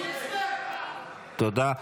תודה.